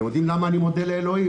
אתם יודעים למה אני מודה לאלוהים?